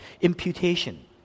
imputation